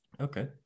Okay